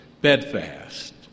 bedfast